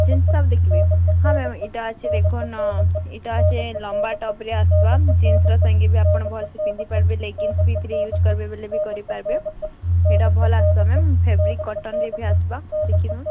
jeans top ଦେଖିବେ ହଁ ma'am ଏଇଟା ଅଛି ଦେଖନ୍ ଏଇଟା ସେ ଲମ୍ବା ଟପ୍ରେ ଆସ୍ବା ଜିନ୍ସର ସାଙ୍ଗେ ବି ଆପଣ ଭଲସେ ପିନ୍ଧିପାରିବେ ଲେଗିନ୍ସ୍ ବି ହେଥିରେ ୟୁଜ୍ କରିବେ ବୋଲି କରିପାରିବେ ହେଟା ଭଲ୍ ଆସ୍ବା ମ୍ୟାମ୍ ଫ୍ୟାବରିକ୍ କଟନ୍ରେ ବି ଆସ୍ବା ଦେଖିନିଅନ୍